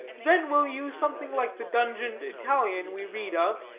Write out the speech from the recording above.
then will you, something like the dungeoned italian we read of,